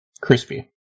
Crispy